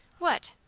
what?